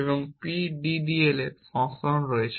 এবং PDDL এর সংস্করণ রয়েছে